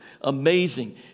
amazing